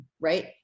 right